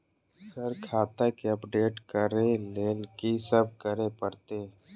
Sir खाता केँ update करऽ लेल की सब करै परतै?